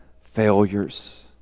failures